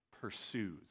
pursues